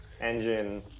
engine